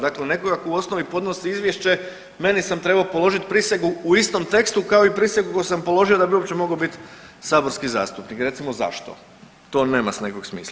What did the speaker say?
Dakle, nekoga tko u osnovi podnosi izvješće meni sam trebao položit prisegu u istom tekstu kao i prisegu koju sam položio da bi mogao uopće bit saborski zastupnik recimo zašto, to nema nekog smisla.